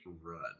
run